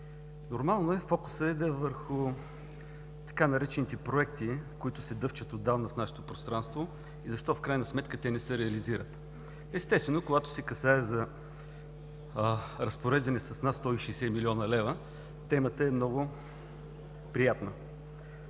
Нормално е фокусът да е върху така наречените „проекти“, които се дъвчат отдавна в нашето пространство, и защо в крайна сметка те не се реализират. Естествено, когато се касае за разпореждане с над 160 млн. лв., темата е много приятна.